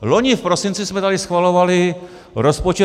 Loni v prosinci jsme tady schvalovali rozpočet SFDI.